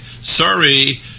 Sorry